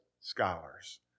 scholars